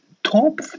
Top